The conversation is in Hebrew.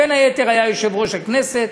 בין היתר היה יושב-ראש הכנסת,